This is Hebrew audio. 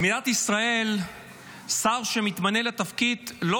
במדינת ישראל שר שמתמנה לתפקיד לא